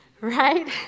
right